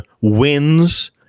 wins